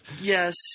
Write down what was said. Yes